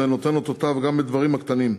נותנות את אותותיהן גם בדברים הקטנים.